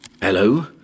Hello